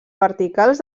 verticals